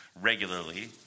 regularly